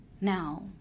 Now